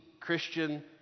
Christian